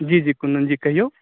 जी जी कुन्दन जी कहियौ